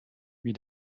wie